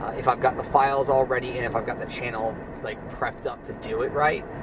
if i've got the files all ready and if i've got the channel like prepped up to do it right.